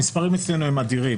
המספרים אצלנו הם אדירים